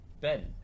Ben